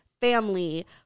family